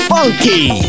Funky